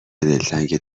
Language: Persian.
دلتنگ